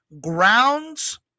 grounds